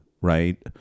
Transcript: right